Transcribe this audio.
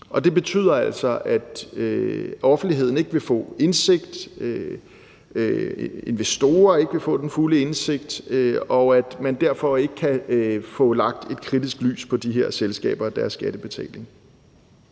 det betyder altså, at offentligheden ikke vil få indsigt, investorer vil heller ikke få den fulde indsigt, og at man derfor ikke kan få lagt et kritisk lys på de her selskaber og deres skattebetaling.